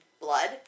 blood